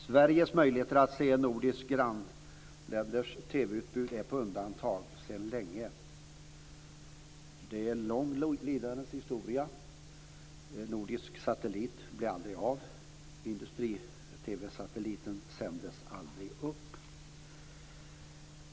Sveriges möjligheter att se nordiska grannländers TV-utbud står sedan länge på undantag. Det är fråga om en lång lidandeshistoria. En nordisk satellit blev aldrig av. Industri-TV-satelliten sändes inte upp.